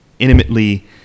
intimately